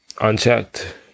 Unchecked